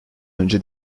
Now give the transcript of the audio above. önce